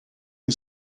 dei